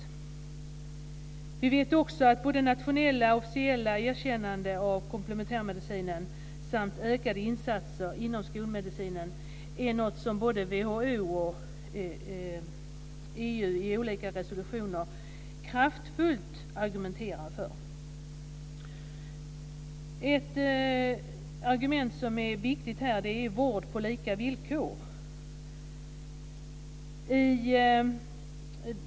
Det är dessutom så att både nationella och officiella erkännanden av komplementärmedicinen samt ökade insatser inom skolmedicinen är något som man kraftfullt argumenterar för i olika resolutioner både från WHO och från Ett viktigt argument i detta sammanhang är vård på lika villkor.